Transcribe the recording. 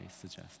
suggest